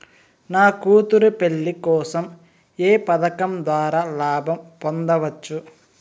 నా కూతురు పెళ్లి కోసం ఏ పథకం ద్వారా లాభం పొందవచ్చు?